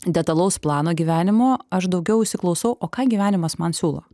detalaus plano gyvenimo aš daugiau įsiklausau o ką gyvenimas man siūlo